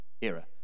era